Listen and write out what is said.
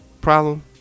problem